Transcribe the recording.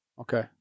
okay